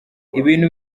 ibintu